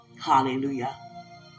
Hallelujah